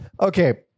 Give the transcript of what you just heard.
Okay